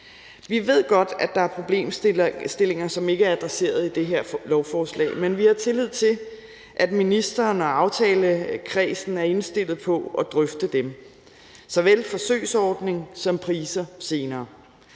Vi ved godt, at der er problemstillinger, som ikke er adresseret i det her lovforslag, men vi har tillid til, at ministeren og aftalekredsen er indstillet på at drøfte dem, såvel forsøgsordning som priser, senere.